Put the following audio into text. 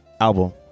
album